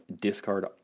discard